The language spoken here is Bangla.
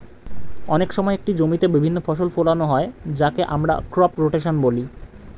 অনেক সময় একটি জমিতে বিভিন্ন ফসল ফোলানো হয় যাকে আমরা ক্রপ রোটেশন বলি